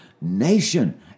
nation